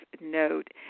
note